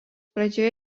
pradžioje